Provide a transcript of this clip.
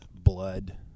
blood